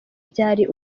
byari